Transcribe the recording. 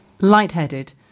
Lightheaded